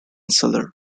cellar